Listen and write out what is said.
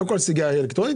לא כל סיגריה אלקטרונית.